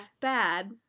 bad